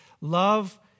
love